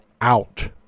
out